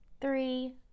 three